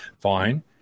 fine